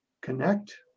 connect